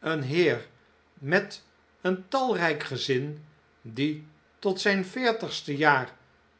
een heer met een talrijk gezin die tot zijn veertigste jaar